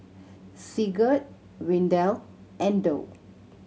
Sigurd Windell and Dow